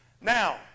Now